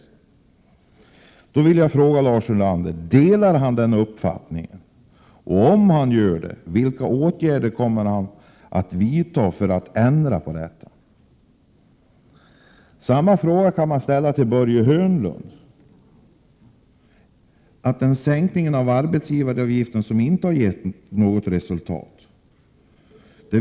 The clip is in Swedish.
Min första fråga är: Delar Lars Ulander denna uppfattning? Och om han gör det: Vilka åtgärder kommer man att vidta för att ändra på detta? Samma fråga kan ställas till Börje Hörnlund. Sänkningarna av arbetsgivar 25 avgifterna har inte gett väntat resultat.